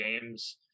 games